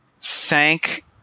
thank